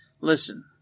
listen